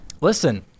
Listen